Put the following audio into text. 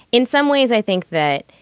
in some ways, i think that,